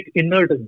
inert